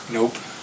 Nope